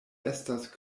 estas